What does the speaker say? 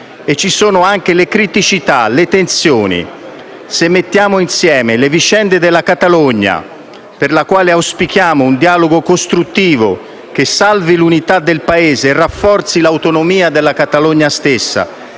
Ci sono anche le criticità e le tensioni, se mettiamo insieme le vicende della Catalogna (per la quale auspichiamo un dialogo costruttivo, che salvi l'unità del Paese e rafforzi l'autonomia della Catalogna stessa,